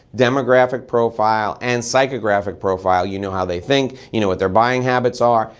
demographic profile and psychographic profile, you know how they think, you know what their buying habits are,